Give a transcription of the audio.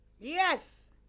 Yes